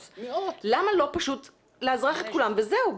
למה לא פשוט לאזרח את כולם וזהו?